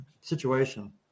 situation